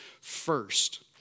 first